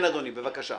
כן, אדוני, בבקשה.